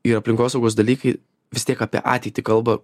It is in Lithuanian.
ir aplinkosaugos dalykai vis tiek apie ateitį kalba